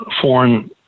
foreign